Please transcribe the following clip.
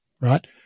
right